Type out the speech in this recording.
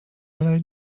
ale